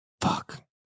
Fuck